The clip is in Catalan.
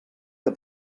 que